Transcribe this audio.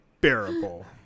bearable